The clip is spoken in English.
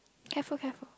careful careful